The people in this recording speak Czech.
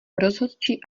rozhodčí